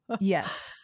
yes